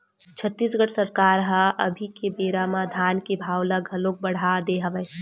छत्तीसगढ़ सरकार ह अभी के बेरा म धान के भाव ल घलोक बड़हा दे हवय